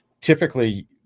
typically